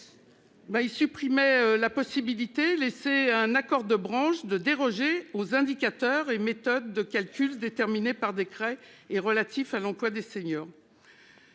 il supprimait la possibilité laissée un accord de branche de déroger aux indicateurs et méthodes de calcul déterminés par décret est relatif à l'emploi des seniors.